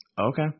Okay